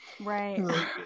right